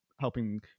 helping